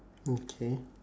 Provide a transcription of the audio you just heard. okay